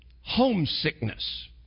homesickness